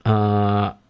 a